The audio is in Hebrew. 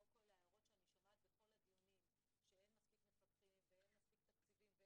כל ההערות שאני שומעת בדיונים שאין מספיק מפקחים ואין מספיק תקציבים,